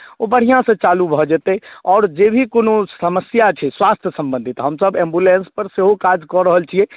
ओ बढ़िआँसँ चालू भऽ जेतै आओर जे भी कोनो समस्या छै स्वास्थ्य सम्बन्धित हमसभ एम्बुलेंसपर सेहो काज कऽ रहल छियै